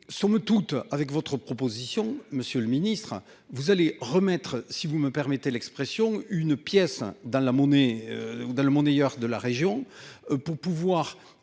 somme toute avec votre proposition. Monsieur le Ministre vous allez remettre si vous me permettez l'expression, une pièce dans la monnaie. Ou dans le monde